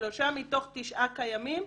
שלושה מתוך תשעה קיימים,